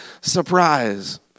surprise